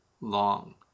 long